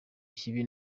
kibi